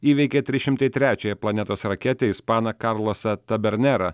įveikė tris šimtai trečiąją planetos raketę ispaną karlasą tabernerą